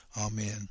Amen